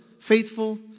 faithful